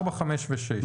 יש את הסתייגות 4, 5 ו-6.